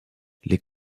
les